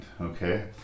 okay